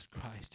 Christ